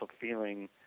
feeling